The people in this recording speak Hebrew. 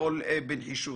לפעול בנחישות.